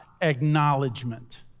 acknowledgement